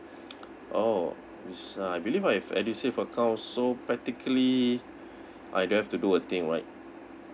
orh which uh I believe I have edusave account so practically I don't have to do a thing right